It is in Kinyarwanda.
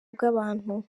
bw’abantu